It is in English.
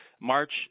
March